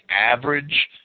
average